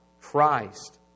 Christ